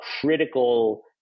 critical